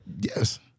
Yes